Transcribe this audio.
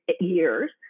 years